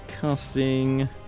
casting